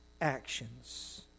actions